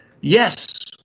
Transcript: yes